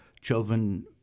children